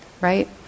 Right